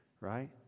Right